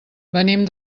venim